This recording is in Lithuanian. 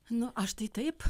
nu aš tai taip